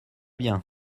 bien